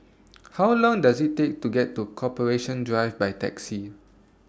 How Long Does IT Take to get to Corporation Drive By Taxi